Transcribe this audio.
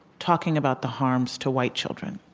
talking about the harms to white children